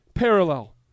parallel